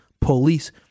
police